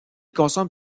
consomme